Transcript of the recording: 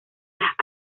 las